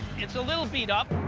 it's a little beat up.